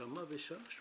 כמה בשנה?